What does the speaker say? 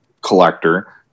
collector